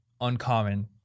uncommon